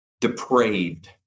depraved